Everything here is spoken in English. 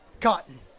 Cotton